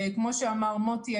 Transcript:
כמו שאמר מוטי,